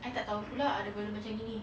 I tak tahu pula ada benda macam gini